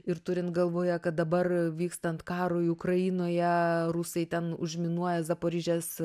ir turint galvoje kad dabar vykstant karui ukrainoje rusai ten užminuoja zaporižės